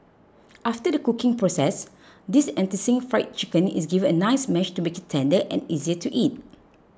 after the cooking process this enticing Fried Chicken is given a nice mash to make it tender and easier to eat